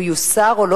הוא יוסר או לא?